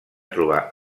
trobar